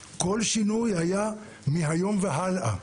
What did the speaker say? כל שינוי היה מהיום והלאה.